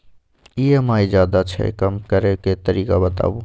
EMI ज्यादा छै कम करै के तरीका बताबू?